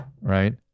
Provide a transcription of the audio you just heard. Right